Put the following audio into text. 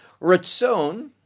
Ratzon